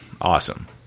awesome